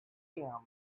him